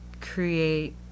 create